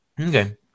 Okay